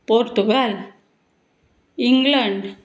Portugal England